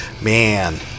Man